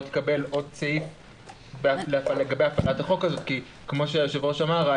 תקבל עוד סעיף לגבי הפעלת החוק הזה כי כמו שהיושב-ראש אמר,